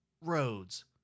roads